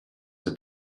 have